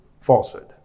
falsehood